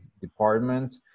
department